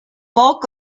bulk